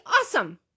awesome